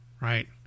right